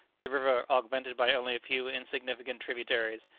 the river, augmented by only a few insignificant tributaries,